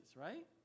right